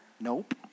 Nope